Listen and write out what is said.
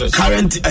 current